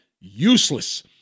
useless